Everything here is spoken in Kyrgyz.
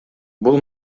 бул